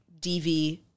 DV